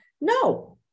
No